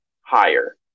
higher